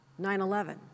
9-11